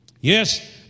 Yes